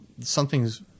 something's